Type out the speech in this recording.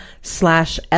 slash